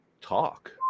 talk